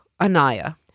Anaya